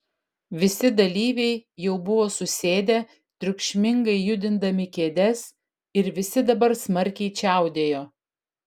visi dalyviai jau buvo susėdę triukšmingai judindami kėdes ir visi dabar smarkiai čiaudėjo